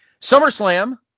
SummerSlam